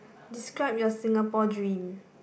describe your Singapore dream